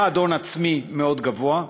1. הון עצמי גבוה מאוד,